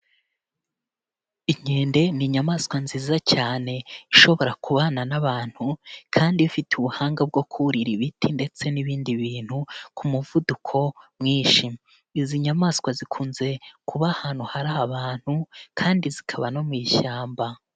Inkende ni inyamaswa nziza cyane ishobora kubana n'abantu kandi ifite ubuhanga bwo kurira ibiti ndetse n'ibindi bintu ku muvuduko mwinshi, izi nyamaswa zikunze kuba ahantu hari abantu kandi zikaba no mu ishyamba.